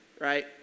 right